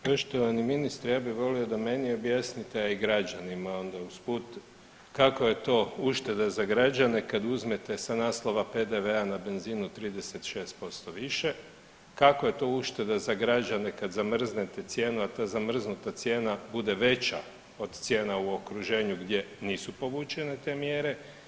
Poštovani ministre, ja bih volio da meni objasnite, a i građanima onda usput kako je to ušteda za građane kad uzmete sa naslova PDV-a na benzin od 36% više kako je to ušteda za građane kad zamrznete cijenu, a ta zamrznuta cijena bude veća od cijena u okruženju gdje nisu povućene te mjere.